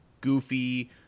goofy